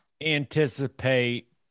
anticipate